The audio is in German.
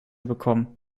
bekommen